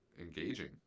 engaging